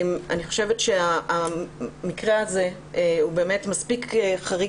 אני חושבת שהמקרה הזה הוא באמת מספיק חריג